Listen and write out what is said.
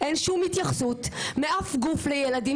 אין שום התייחסות מאף גוף לילדים